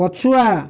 ପଛୁଆ